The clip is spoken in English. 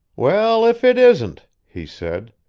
well, if it isn't! he said.